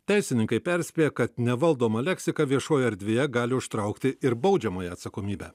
teisininkai perspėja kad nevaldoma leksika viešojoj erdvėje gali užtraukti ir baudžiamąją atsakomybę